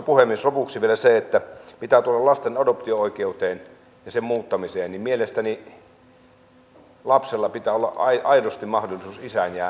lopuksi vielä mitä tulee lasten adoptio oikeuteen ja sen muuttamiseen mielestäni lapsella pitää olla aidosti mahdollisuus isään ja äitiin